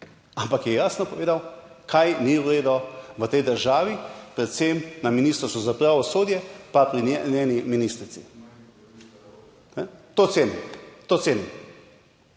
ampak je jasno povedal, kaj ni v redu v tej državi, predvsem na Ministrstvu za pravosodje, pa pri njeni ministrici. To cenim, to cenim,